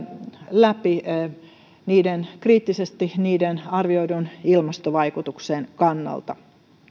läpi kriittisesti niiden arvioidun ilmastovaikutuksen kannalta